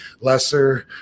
lesser